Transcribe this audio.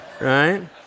right